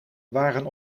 waren